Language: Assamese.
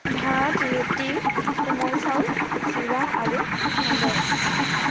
ভাত ৰুটি কোমল চাউল চিৰা আৰু সান্দহ